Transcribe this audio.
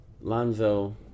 Lonzo